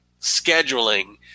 scheduling